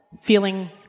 feeling